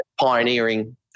pioneering